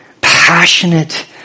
passionate